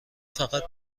فقط